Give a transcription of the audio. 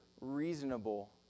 reasonable